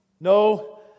No